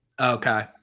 Okay